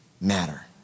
matter